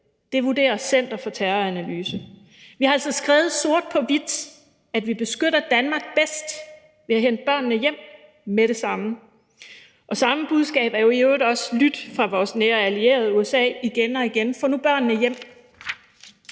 Det vurderer Center for Terroranalyse. Vi har altså skrevet sort på hvidt, at vi beskytter Danmark bedst ved at hente børnene hjem med det samme, og samme budskab har i øvrigt også lydt fra vores nære allierede USA igen og igen: Få nu børnene hjem!